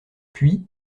puis